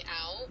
out